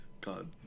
god